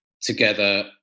together